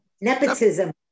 Nepotism